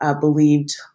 believed